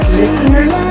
listeners